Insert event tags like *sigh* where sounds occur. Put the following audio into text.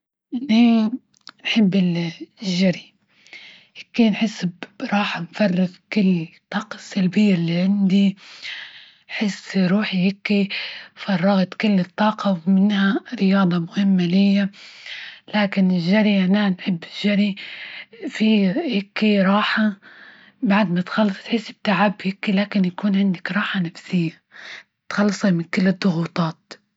أنا أحب *hesitation* الجري، هكي نحس براحة، مفرغ كل الطاقة السلبية اللي عندي، حس روحي هيكي فرغت كل الطاقة، ومنها رياضة مهمة لي، لكن الجري أنا بحب الجري فيه هيكي راحة بعد ما تخلص تحس بتعبك، لكن يكون عندك راحة نفسية، تخلصي من كل الضغوطات.